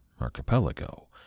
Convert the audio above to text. Archipelago